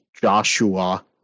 Joshua